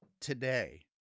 today